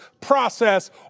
process